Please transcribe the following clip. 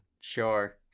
Sure